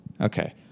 Okay